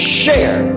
share